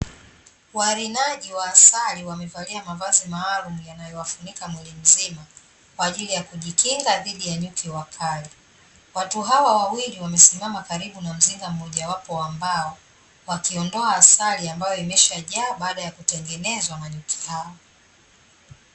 Warinaji wa asali wamevalia mavazi maalumu yanayowafunika mwili mzima, kwa ajili ya kujikinga dhidi ya nyuki wakali. Watu hawa wawili wamesimama karibu na mzinga mmoja wapo wa mbao, wakiondoa asali ambayo imesha jaa baada ya kutengenezwa na nyuki hao.